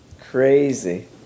Crazy